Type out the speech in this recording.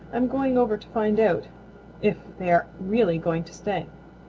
i'm going over to find out if they are really going to stay.